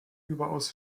überaus